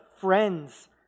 friends